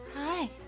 Hi